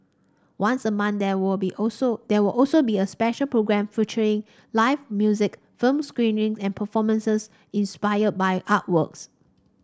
once a month there will be also there will also be a special programme featuring live music film screening and performances inspired by artworks